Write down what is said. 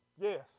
yes